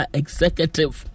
executive